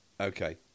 Okay